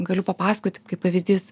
galiu papasakoti kaip pavyzdys